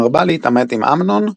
מרבה להתעמת עם אמנון.